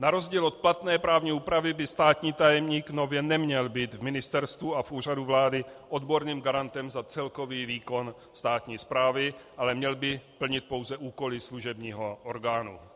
Na rozdíl od platné právní úpravy by státní tajemník nově neměl být v ministerstvu a v Úřadu vlády odborným garantem za celkový výkon státní správy, ale měl by plnit pouze úkoly služebního orgánu.